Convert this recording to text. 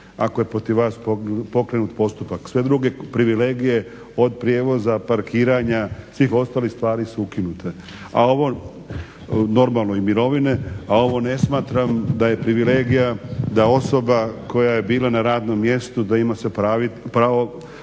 ako je protiv vas pokrenut postupak. Sve druge privilegije od prijevoza, parkiranja svih ostalih stvari su ukinute. A ovo normalno i mirovine, a ovo ne smatram da je privilegija da je osoba koja je bila na radnom mjestu da se ima pravo